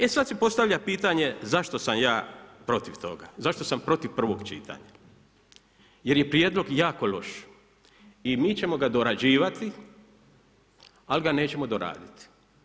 E sad se postavlja pitanje zašto sam ja protiv toga, zašto sam protiv prvog čitanja jer je prijedlog jako loš i mi ćemo ga dorađivati, ali ga nećemo doraditi.